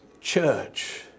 church